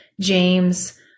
James